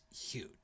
huge